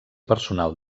personal